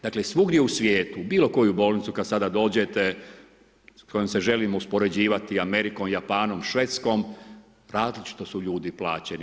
Dakle, svugdje u svijetu, u bilo koju bolnicu u koju sada dođete, s kojom se želimo uspoređivati, Amerikom, Japanom, Švedskom, različito su ljudi plaćeni.